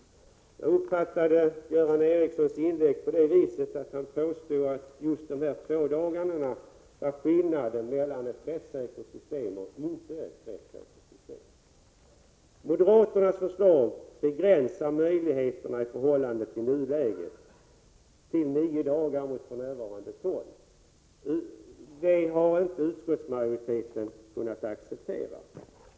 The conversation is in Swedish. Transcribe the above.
Jag uppfattade Göran Ericssons inlägg så att han ansåg att de två dagarna var skillnaden mellan ett rättssäkert system och ett inte rättssäkert system. Moderaternas förslag begränsar möjligheterna i förhållande till nuläget, till nio dagar mot för närvarande tolv, och det har utskottsmajoriteten inte kunnat acceptera.